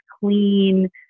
clean